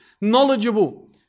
knowledgeable